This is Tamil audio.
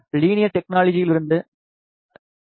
லீனியர் டெக்னோலஜியிலிருந்து எல்